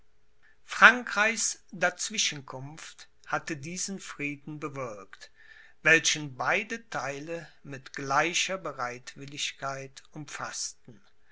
frankreichs dazwischenkunft hatte diesen frieden bewirkt welchen beide theile mit gleicher bereitwilligkeit umfaßten